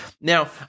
Now